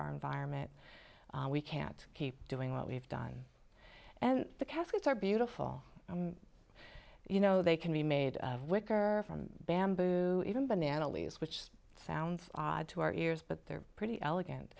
our environment we can't keep doing what we've done and the caskets are beautiful you know they can be made of wicker bamboo even banana leaves which sounds odd to our ears but they're pretty elegant